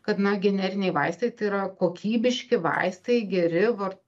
kad na generiniai vaistai tai yra kokybiški vaistai geri vart